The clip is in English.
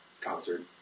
concert